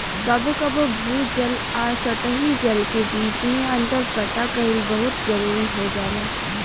कबो कबो भू जल आ सतही जल के बीच में अंतर पता कईल बहुत जरूरी हो जाला